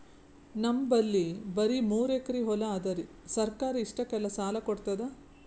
ನಮ್ ಬಲ್ಲಿ ಬರಿ ಮೂರೆಕರಿ ಹೊಲಾ ಅದರಿ, ಸರ್ಕಾರ ಇಷ್ಟಕ್ಕ ಸಾಲಾ ಕೊಡತದಾ?